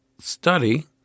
study